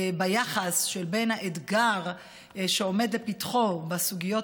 ביחס שבין האתגר שעומד לפתחו בסוגיות